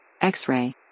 X-Ray